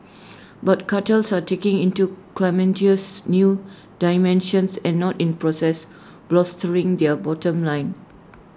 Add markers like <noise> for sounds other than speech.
<noise> but cartels are taking IT to calamitous new dimensions and not in process bolstering their bottom line